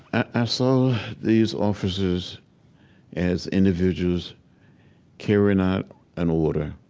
i saw these officers as individuals carrying out an order.